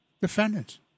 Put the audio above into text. defendants